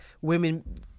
women